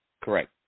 Correct